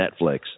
Netflix